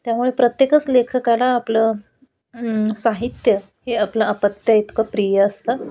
त्यामुळे प्रत्येकच लेखकाला आपलं साहित्य हे आपलं अपत्याइतकं प्रिय असतं